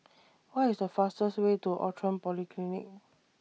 What IS The fastest Way to Outram Polyclinic